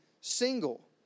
single